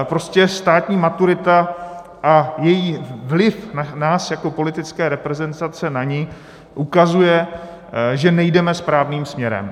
Prostě státní maturita a její vliv nás jako politické reprezentace na ni ukazuje, že nejdeme správným směrem.